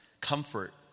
comfort